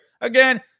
Again